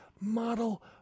Model